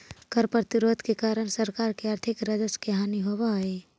कर प्रतिरोध के कारण सरकार के आर्थिक राजस्व के हानि होवऽ हई